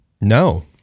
No